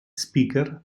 speaker